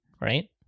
right